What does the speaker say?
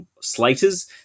slaters